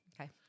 Okay